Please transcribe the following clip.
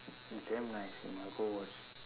it's damn nice you must go watch